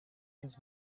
ins